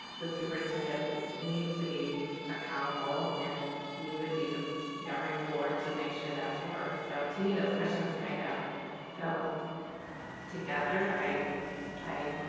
the superintendent needs to be accountable and we would be the governing board to make sure that works. so to me those questions kinda go together. i i